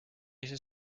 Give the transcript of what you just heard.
ise